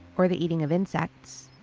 or the eating of insects,